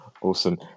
Awesome